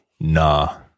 Nah